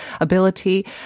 ability